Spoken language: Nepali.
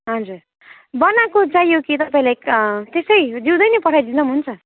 हजुर बनाएको चाहियो कि तपाईँलाई त्यसै जिउँदै नै पठाइदिँदा पनि हुन्छ